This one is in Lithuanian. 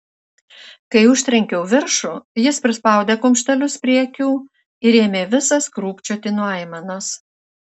kai užtrenkiau viršų jis prispaudė kumštelius prie akių ir ėmė visas krūpčioti nuo aimanos